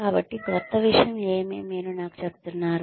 కాబట్టి క్రొత్త విషయం ఏమి మీరు నాకు చెబుతున్నారు